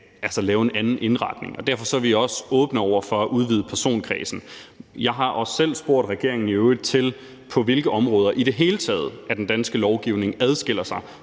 at lave en anden indretning. Og derfor er vi også åbne over for at udvide personkredsen. Jeg har også selv i øvrigt spurgt regeringen til, på hvilke områder den danske lovgivning i det hele